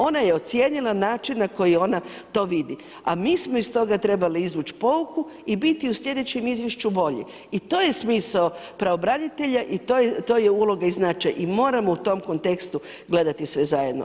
Ona je ocijenila na način na koji ona to vidi, a mi smo iz toga trebali izvuć pouku i biti u sljedećem izvješću bolji i to je smisao pravobranitelja i to je uloga i značaj i moramo u tom kontekstu gledati sve zajedno.